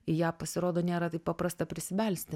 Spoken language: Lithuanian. į ją pasirodo nėra taip paprasta prisibelsti